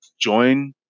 join